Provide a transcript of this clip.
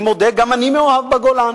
אני מודה, גם אני מאוהב בגולן,